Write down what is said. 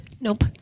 Nope